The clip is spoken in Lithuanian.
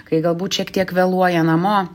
kai galbūt šiek tiek vėluoja namo